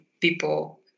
people